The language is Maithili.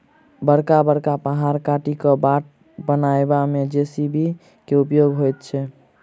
बड़का बड़का पहाड़ काटि क बाट बनयबा मे जे.सी.बी के उपयोग होइत छै